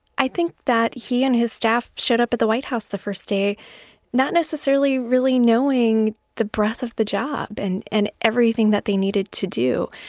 i think that he and his staff showed up at the white house the first day not necessarily really knowing the breadth of the job and and everything that they needed to do.